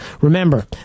Remember